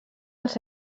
els